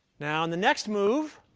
now in the next move,